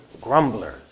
grumblers